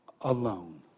alone